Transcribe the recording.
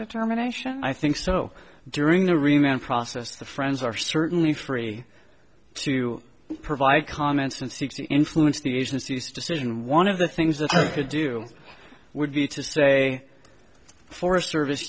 determination i think so during the remaining process the friends are certainly free to provide comments and seeks to influence the agency's decision and one of the things that they could do would be to say forest service